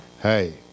Hey